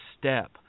step